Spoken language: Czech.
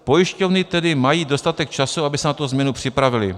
Pojišťovny tedy mají dostatek času, aby se na tu změnu připravily.